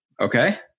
Okay